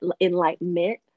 enlightenment